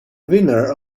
winner